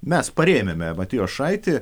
mes parėmėme matijošaitį